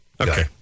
Okay